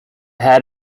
had